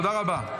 תודה רבה.